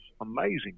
amazing